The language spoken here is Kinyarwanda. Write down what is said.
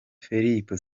felipe